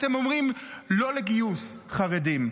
אתם אומרים: לא לגיוס חרדים,